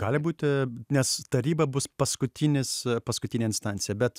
gali būti nes taryba bus paskutinis paskutinė instancija bet